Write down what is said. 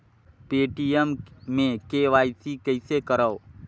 Paytm मे KYC कइसे करव?